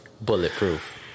bulletproof